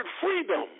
freedom